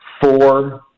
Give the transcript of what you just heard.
four